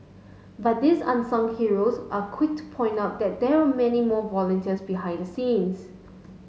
but these unsung heroes were quick to point out that there were many more volunteers behind the scenes